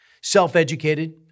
Self-educated